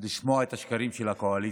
לשמוע את השקרים של הקואליציה,